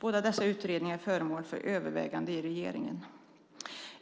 Båda dessa utredningar är föremål för överväganden i regeringen.